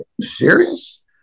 serious